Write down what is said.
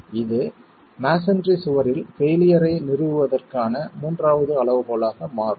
இது மஸோன்றி சுவரில் பெயிலியர் ஐ நிறுவுவதற்கான மூன்றாவது அளவுகோலாக மாறும்